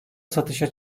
satışa